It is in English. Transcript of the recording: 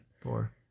Four